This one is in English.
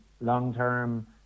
long-term